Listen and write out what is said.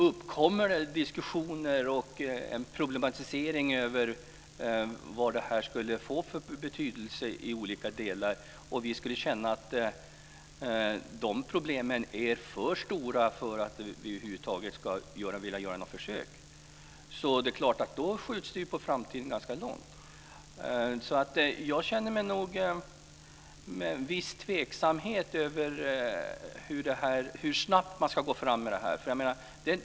Uppkommer diskussioner och en problematisering av vad detta skulle få för betydelse i olika delar och vi skulle känna att de problemen är för stora för att vi över huvud taget skulle vilja göra något försök är det klart att det skjuts ganska långt på framtiden. Jag känner nog en viss tveksamhet till hur snabbt man ska gå fram med detta.